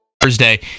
Thursday